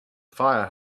fire